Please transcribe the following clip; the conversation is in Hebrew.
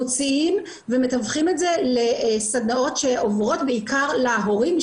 מוציאים ומתווכים את זה בסדנאות שעוברות בעיקר להורים,